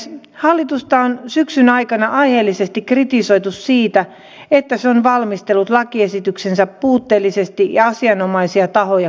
hallitusta on syksyn aikana aiheellisesti kritisoitu siitä että se on valmistellut lakiesityksensä puutteellisesti ja asianomaisia tahoja kuulematta